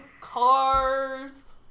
Cars